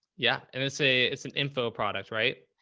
yeah. and it's a, it's an info product, right?